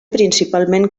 principalment